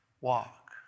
walk